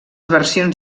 versions